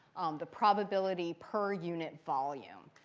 the probability per unit volume.